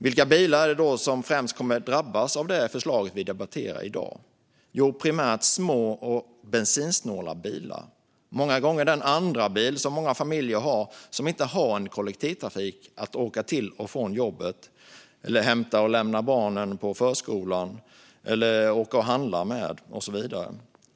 Vilka bilar är det då som främst kommer att drabbas av det förslag vi debatterar i dag? Det är primärt små och bensinsnåla bilar - många gånger den andrabil som många familjer som inte har kollektivtrafik för att åka till och från jobbet, hämta och lämna barnen på förskolan, åka och handla och så vidare har.